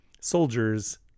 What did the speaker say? soldiers